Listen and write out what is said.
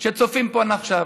שצופים פה עכשיו: